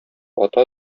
ата